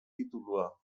titulua